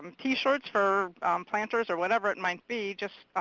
and t-shirts for planters, or whatever it might be. just